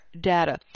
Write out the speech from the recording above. data